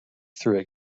through